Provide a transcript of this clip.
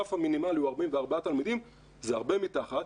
הרף המינימלי הוא 44 תלמידים, זה הרבה מתחת.